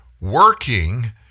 working